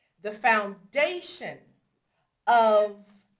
the foundation of